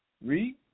Read